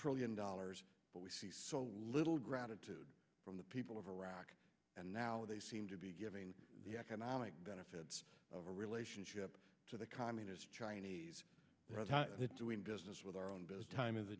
trillion dollars but we see so little gratitude from the people of iraq and now they seem to be giving the economic benefits of a relationship to the communist chinese doing business with our own best time of the